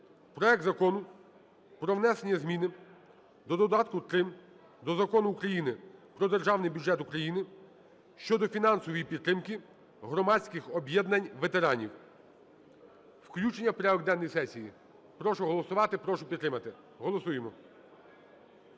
проект Закону про внесення зміни до додатку № 3 до Закону України про Державний бюджет України щодо фінансової підтримки громадських об'єднань ветеранів (включення у порядок денний сесії). Прошу голосувати, прошу підтримати. Голосуємо.